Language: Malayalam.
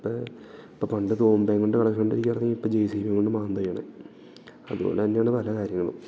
ഇപ്പോൾ ഇപ്പോൾ പണ്ട് തൂമ്പ കൊണ്ട് കിളച്ചുകൊണ്ടിരിക്കുകയായിരുന്നെങ്കിൽ ഇപ്പോൾ ജെ സി ബി കൊണ്ട് മാന്തുകയാണ് അതുപോലെതന്നെയാണ് പല കാര്യങ്ങളും